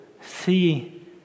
see